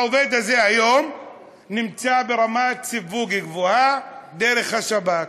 העובד הזה היום נמצא ברמת סיווג גבוהה, דרך השב"כ,